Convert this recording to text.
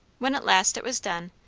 when at last it was done,